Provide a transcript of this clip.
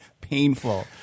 painful